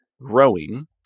growing